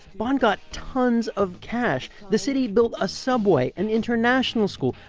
bonn got tons of cash. the city built a subway, an international school,